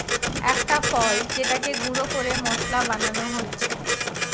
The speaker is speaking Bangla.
একটা ফল যেটাকে গুঁড়ো করে মশলা বানানো হচ্ছে